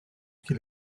qu’il